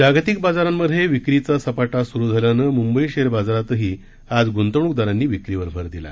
जागतिक बाजारांमधे विक्रीचा सपाटा सुरु झाल्यानं मुंबई शेअर बाजारातही आज गुंतवणुकदारांनी विक्रीवर भर दिला